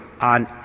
on